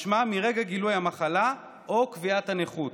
משמע, מרגע גילוי המחלה או קביעת הנכות.